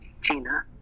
Gina